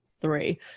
three